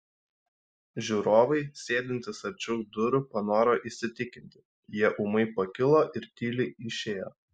žiūrovai sėdintys arčiau durų panoro įsitikinti jie ūmai pakilo ir tyliai išėjo